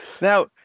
Now